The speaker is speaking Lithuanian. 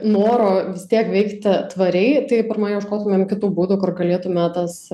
noro vis tiek veikti tvariai tai pirma ieškotumėm kitų būdų kur galėtume tas